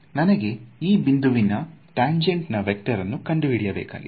ನನಗೆ ಈ ಬಿಂದುವಿನ ತಂಜೆಂಟ್ ನಾ ವೇಕ್ಟರ್ ಅನ್ನು ಕಂಡುಹಿಡಿಯ ಬೇಕಾಗಿದೆ